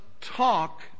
talk